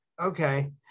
Okay